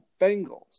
Bengals